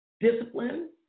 Discipline